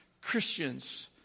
Christians